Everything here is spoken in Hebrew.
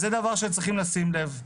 זה דבר שצריכים לשים לב.